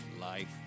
life